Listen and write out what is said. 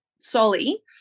Solly